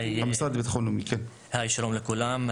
שלום לכולם.